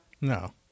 No